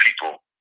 people